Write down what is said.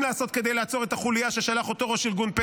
יש לי יש לי שאלה אליך, חבר הכנסת מאיר כהן.